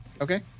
Okay